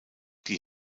die